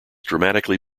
dramatically